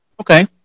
Okay